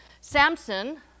Samson